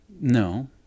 No